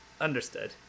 understood